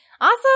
Awesome